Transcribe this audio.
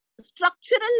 structural